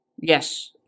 Yes